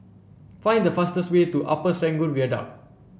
find the fastest way to Upper Serangoon Viaduct